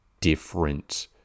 different